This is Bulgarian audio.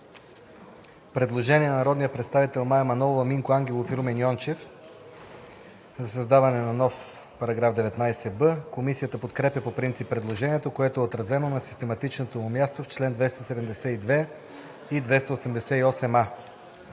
Предложение на народните представители Мая Манолова, Минко Ангелов и Румен Йончев за създаване на нов § 19б. Комисията подкрепя по принцип предложението, което е отразено на систематичното му място в чл. 272 и 288а.